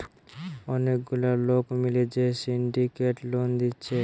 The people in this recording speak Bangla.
অনেক গুলা লোক মিলে যে সিন্ডিকেট লোন দিচ্ছে